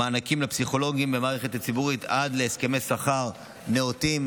מענקים לפסיכולוגים במערכת הציבורית עד להסכמי שכר נאותים.